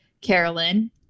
Carolyn